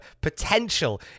potential